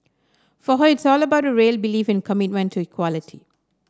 for her it's all about the real belief and commitment to equality